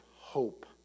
hope